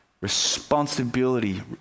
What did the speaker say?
Responsibility